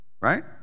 Right